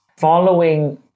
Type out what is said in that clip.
following